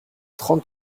trente